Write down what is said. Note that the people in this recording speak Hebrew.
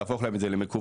להפוך להם את זה למקוון,